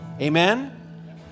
Amen